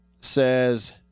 says